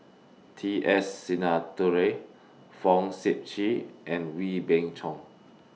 T S Sinnathuray Fong Sip Chee and Wee Beng Chong